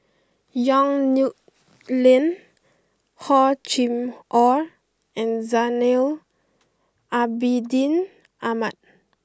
Yong Nyuk Lin Hor Chim or and Zainal Abidin Ahmad